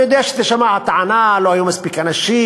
אני יודע שתישמע הטענה: לא היו מספיק אנשים,